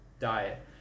diet